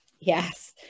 Yes